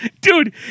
Dude